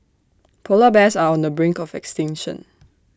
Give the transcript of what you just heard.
Polar Bears are on the brink of extinction